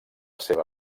seva